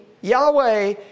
Yahweh